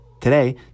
Today